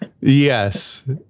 Yes